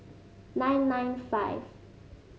nine nine five